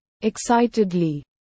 Excitedly